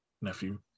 nephew